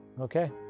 Okay